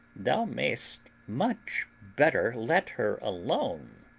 thou mayest much better let her alone.